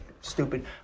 stupid